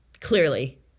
Clearly